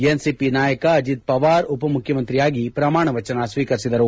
NCP ನಾಯಕ ಅಜಿತ್ ಪವಾರ್ ಉಪಮುಖ್ಯಮಂತ್ರಿಯಾಗಿ ಪ್ರಮಾಣ ವಚನ ಸ್ವೀಕರಿಸಿದರು